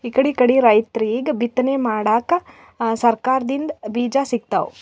ಇಕಡಿಕಡಿ ರೈತರಿಗ್ ಬಿತ್ತನೆ ಮಾಡಕ್ಕ್ ಸರಕಾರ್ ದಿಂದ್ ಬೀಜಾ ಸಿಗ್ತಾವ್